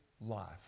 life